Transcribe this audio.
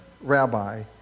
rabbi